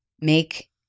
make